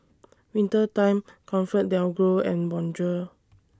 Winter Time ComfortDelGro and Bonjour